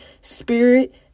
Spirit